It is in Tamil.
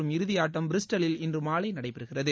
மற்றும் இறுதியாட்டம் பிரிஸ்டலில் இன்று மாலை நடைபெறுகிறது